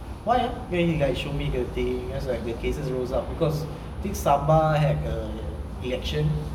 why ah then he show me the thing then like the cases rose up because I think sabah had err election